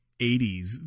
80s